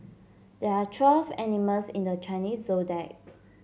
there are twelve animals in the Chinese Zodiac